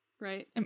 right